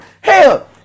Hell